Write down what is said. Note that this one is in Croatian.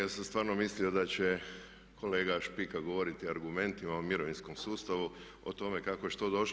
Ja sam stvarno mislio da će kolega Špika govoriti argumentima o mirovinskom sustavu, o tome kako je što došlo.